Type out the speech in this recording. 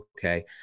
Okay